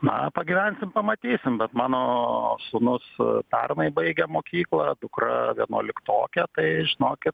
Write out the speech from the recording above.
na pagyvensim pamatysim bet mano sūnus pernai baigė mokyklą dukra vienuoliktokė tai žinokit